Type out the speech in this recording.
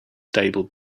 stable